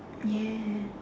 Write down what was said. yeah